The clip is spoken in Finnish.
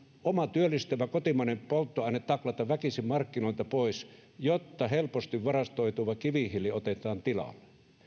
oma työllistävä kotimainen polttoaine taklata väkisin markkinoilta pois jotta helposti varastoituva kivihiili otetaan tilalle